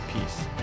peace